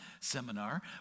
seminar